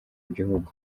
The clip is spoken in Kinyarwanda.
gihugu